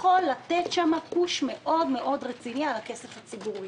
יכול לתת שם פוש מאוד-מאוד רציני על הכסף הציבורי.